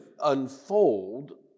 unfold